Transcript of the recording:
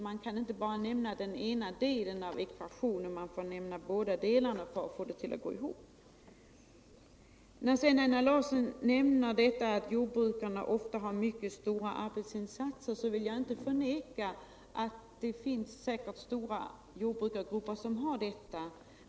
Man kan inte nämna bara den ena delen av ekvationen, utan man får nämna båda delarna för att få den utt gå ihop. Sedan nämner Einar Larsson att jordbrukarna ofta gör mycket stora arbetsinsatser. och jag vill inte förneka att det kan gälla stora jordbrukargrupper.